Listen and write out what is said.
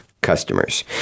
customers